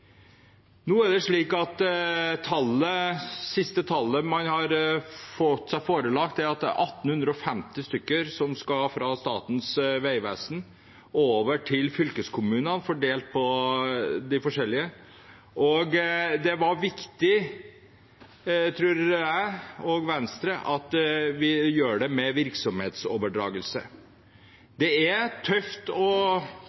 Det siste tallet man har fått seg forelagt, er at det er 1 850 personer som skal flyttes fra Statens vegvesen over til fylkeskommunene, fordelt på de forskjellige, og det er viktig, tror jeg og Venstre, at vi gjør det med